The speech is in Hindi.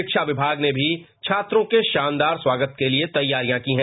शिक्षा विभाग ने भी छात्रों के शानदार स्वागत के लिए तैयारियां की हैं